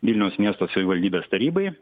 vilniaus miesto savivaldybės tarybai